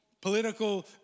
political